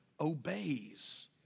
obeys